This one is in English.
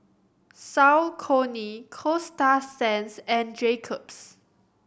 Saucony Coasta Sands and Jacob's